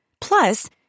Plus